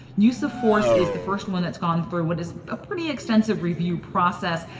use of force is the first one that's gone through what is a pretty extensive review process,